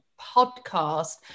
podcast